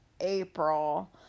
April